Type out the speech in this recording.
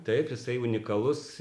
taip jisai unikalus